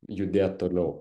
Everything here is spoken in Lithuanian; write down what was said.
judėt toliau